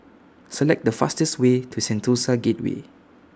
Select The fastest Way to Sentosa Gateway